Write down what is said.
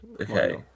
Okay